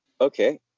Okay